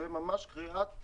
זה ממש קריאת